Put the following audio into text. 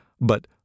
But